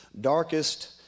darkest